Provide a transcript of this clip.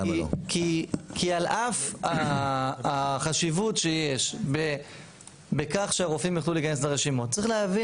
כי על אף החשיבות שיש בכך שהרופאים יוכלו להיכנס לרשימות צריך להבין